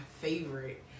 favorite